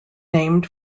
named